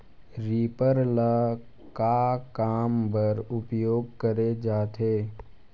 Reaper ल का काम बर उपयोग करे जाथे?